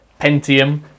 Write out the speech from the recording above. Pentium